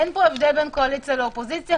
אין פה הבדל בין קואליציה לאופוזיציה.